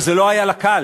וזה לא היה לה קל,